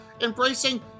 embracing